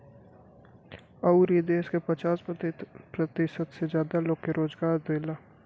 अउर ई देस के पचास प्रतिशत से जादा लोग के रोजगारो देला